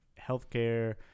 healthcare